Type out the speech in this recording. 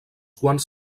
quants